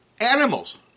animals